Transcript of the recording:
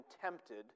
tempted